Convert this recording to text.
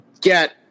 Get